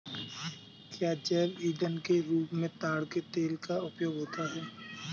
क्या जैव ईंधन के रूप में ताड़ के तेल का उपयोग होता है?